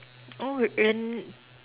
oh wait an